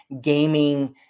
gaming